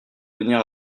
venir